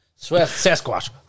sasquatch